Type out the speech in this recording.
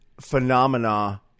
phenomena